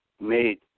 made